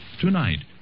Tonight